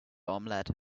omelette